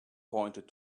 pointed